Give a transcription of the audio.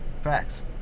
Facts